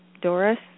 Doris